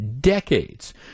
decades